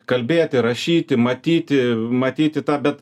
kalbėti rašyti matyti matyti tą bet